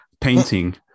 painting